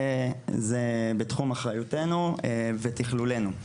זה בתחום אחריותנו ותכלולנו.